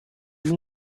read